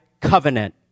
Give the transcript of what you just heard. covenant